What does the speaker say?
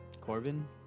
Corbin